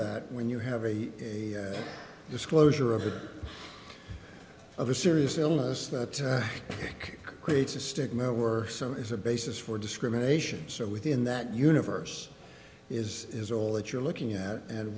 that when you have a disclosure of of a serious illness that creates a stigma or so is a basis for discrimination so within that universe is is all that you're looking at and